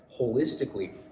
holistically